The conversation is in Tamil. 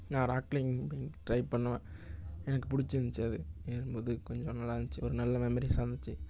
நா ராக் கிளைம்பிங் ட்ரை பண்ணுவேன் எனக்கு பிடிச்சிருந்ச்சி அது ஏறும்போது கொஞ்சம் நல்லாருந்துச்சு ஒரு நல்ல மெமரிஸாக இருந்துச்சு